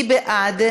מי בעד?